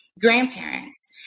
grandparents